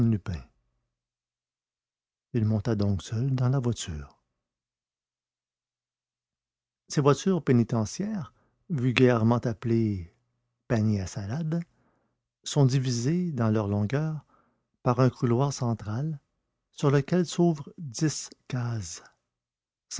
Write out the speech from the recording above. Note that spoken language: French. il monta donc seul dans la voiture ces voitures pénitentiaires vulgairement appelées paniers à salade sont divisées dans leur longueur par un couloir central sur lequel s'ouvrent dix cases